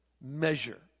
measure